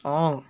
orh